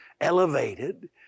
elevated